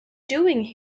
doing